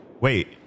wait